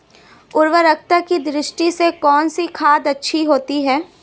उर्वरकता की दृष्टि से कौनसी खाद अच्छी होती है?